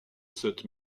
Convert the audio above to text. cette